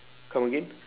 come again